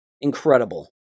Incredible